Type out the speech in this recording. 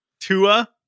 Tua